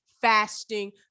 fasting